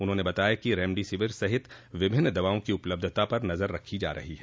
उन्होंने बताया कि रेमडेसिवर सहित विभिन्न दवाओं की उपलब्धता पर नजर रखी जा रही है